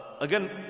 again